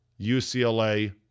UCLA